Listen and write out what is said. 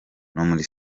muri